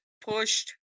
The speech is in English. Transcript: pushed